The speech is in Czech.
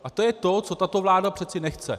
A to je to, co tato vláda přeci nechce.